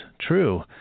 true